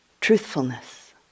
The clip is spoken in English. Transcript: truthfulness